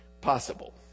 possible